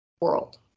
world